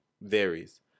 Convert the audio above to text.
varies